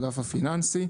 מהאגף הפיננסי.